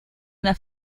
una